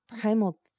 primal